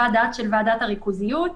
מי שמגדיר את זה זו ועדת הריכוזיות,